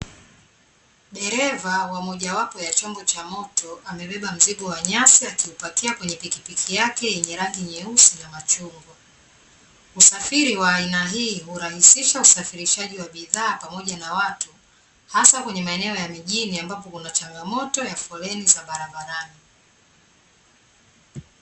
Dereva wa mojawapo ya chombo cha moto amebeba mzigo wa nyasi akiupakia kwenye pikipiki yake ya rangi nyeusi ya machungwa, usafiri wa aina hii hurahisisha usafirishaji wa bidhaa pamoja na watu, hasa kwenye maeneo ya mjini, ambapo kuna changamoto ya foleni za barabarani.